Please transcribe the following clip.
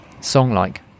song-like